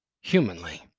humanly